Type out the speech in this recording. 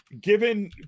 given